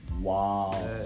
Wow